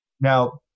Now